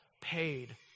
paid